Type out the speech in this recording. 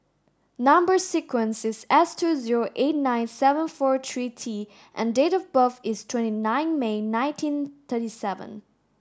number sequence is S two zero eight nine seven four three T and date of birth is twenty nine May nineteen thirty seven